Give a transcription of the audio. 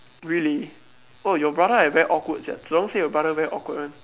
really oh your brother like very awkward sia Zhi-Rong say your brother very awkward one